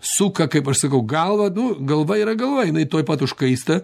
suka kaip aš sukau galvą nu galva yra galva jinai tuoj pat užkaista